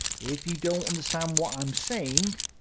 if you don't understand what i'm saying,